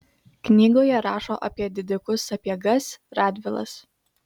knygoje rašo apie didikus sapiegas radvilas